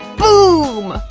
boom!